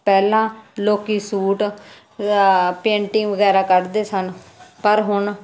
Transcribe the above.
ਪਹਿਲਾਂ ਲੋਕ suit painting ਵਗੈਰਾ ਕੱਢਦੇ ਸਨ ਪਰ ਹੁਣ